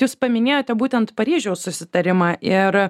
jūs paminėjote būtent paryžiaus susitarimą ir